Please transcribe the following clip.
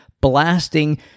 blasting